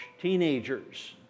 Teenagers